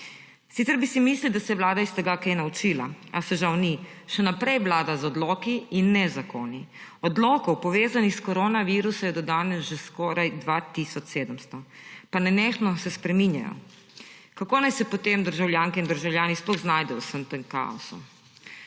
Sicer bi si mislili, da se je Vlada iz tega kaj naučila, a se žal ni. Še naprej vlada z odloki in ne z zakoni. Odlokov, povezanih s koronavirusom, je do danes že skoraj 2 tisoč 700, pa nenehno se spreminjajo. Kako naj se potem državljanke in državljani sploh znajdejo v vsem tem kaosu?!